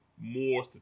more